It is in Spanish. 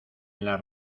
las